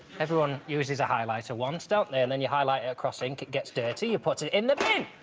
everyone uses a highlighter once don't they and then you highlight it across ink it gets dirty you put it in the bin